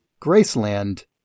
graceland